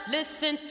Listen